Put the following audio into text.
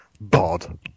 Bod